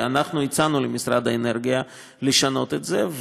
אנחנו הצענו למשרד האנרגיה לשנות את זה,